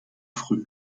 früh